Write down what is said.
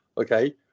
Okay